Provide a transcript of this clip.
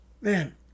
Man